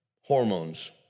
hormones